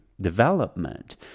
development